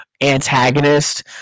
antagonist